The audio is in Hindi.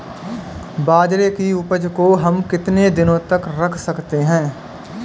बाजरे की उपज को हम कितने दिनों तक रख सकते हैं?